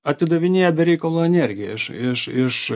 atidavinėja be reikalo energiją iš iš iš